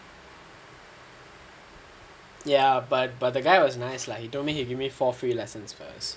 ya but but the guy was nice lah he told me he give me four free lessons first